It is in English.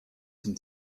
some